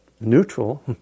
neutral